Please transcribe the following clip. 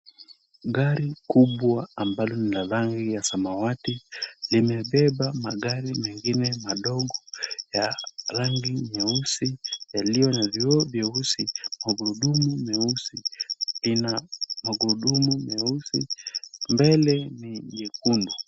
Gari kubwa ambalo ni la rangi ya samawati, limebeba magari mengine madogo ya rangi nyeusi yaliyo na vioo vyeusi, magurudumu meusi, ina magurudumu meusi, mbele ni nyekundu.